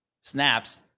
snaps